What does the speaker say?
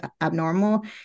abnormal